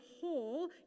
whole